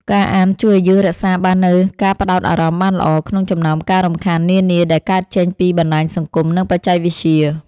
ការអានជួយឱ្យយើងរក្សាបាននូវការផ្ដោតអារម្មណ៍បានល្អ ក្នុងចំណោមការរំខាននានាដែលកើតចេញពីបណ្ដាញសង្គម និងបច្ចេកវិទ្យា។